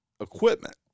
equipment